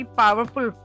powerful